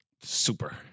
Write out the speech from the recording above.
super